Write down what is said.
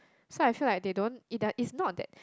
so I feel like they don't it the is not that